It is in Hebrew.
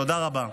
תודה רבה.